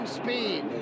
speed